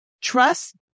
trust